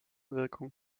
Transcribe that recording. wirkung